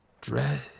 dread